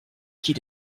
qu’il